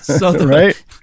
right